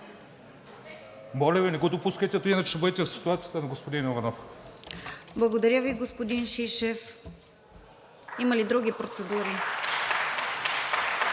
Благодаря Ви, господин Шишев. Има ли други процедури?